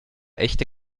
echte